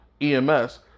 EMS